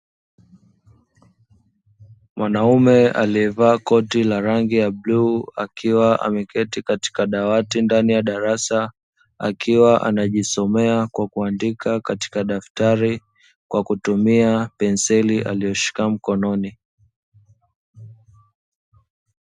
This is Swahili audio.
Mwanaume aliyevaa koti la rangi la bluu akiwa ameketi katika dawati ndani ya darasa, akiwa anajisomea kwa kuandika katika daftari kwa kutumia penseli aliyoshika mkononi.